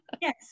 Yes